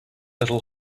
little